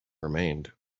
remained